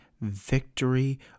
victory